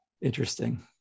interesting